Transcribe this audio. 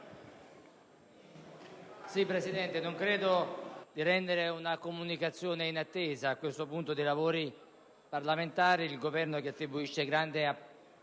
Presidente, non credo di rendere una comunicazione inattesa. A questo punto dei lavori parlamentari, il Governo, che attribuisce grande importanza